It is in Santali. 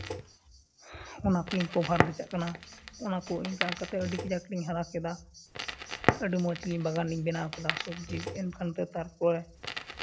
ᱚᱱᱟ ᱠᱚᱞᱤᱧ ᱠᱚᱵᱷᱟᱨ ᱤᱫᱤᱠᱟᱜ ᱠᱟᱱᱟ ᱚᱱᱟ ᱠᱚ ᱤᱝᱠᱟ ᱤᱝᱠᱟ ᱛᱮ ᱟᱹᱰᱤ ᱠᱟᱡᱟᱠ ᱞᱤᱧ ᱦᱟᱨᱟ ᱠᱮᱫᱟ ᱟᱹᱰᱤ ᱢᱚᱡᱽ ᱞᱤᱧ ᱵᱟᱜᱟᱱ ᱞᱤᱧ ᱵᱮᱱᱟᱣ ᱠᱮᱫᱟ ᱥᱚᱵᱽᱡᱤ ᱮᱱᱠᱷᱟᱱ ᱫᱚ